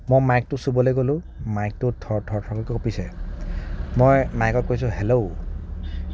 মই মাইকটো চুবলৈ গ'লো মাইকটো থৰ থৰ থৰ কপিছে মই মাইকত কৈছোঁ হেল্ল'